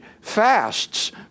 fasts